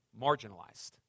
marginalized